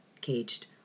caged